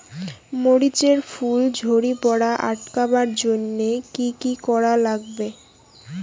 মরিচ এর ফুল ঝড়ি পড়া আটকাবার জইন্যে কি কি করা লাগবে?